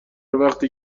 وقتی